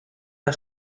der